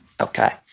Okay